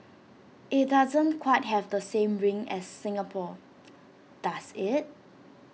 IT doesn't quite have the same ring as Singapore does IT